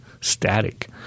static